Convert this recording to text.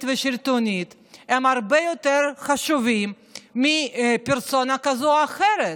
ושלטונית הם הרבה יותר חשובים מפרסונה כזאת או אחרת.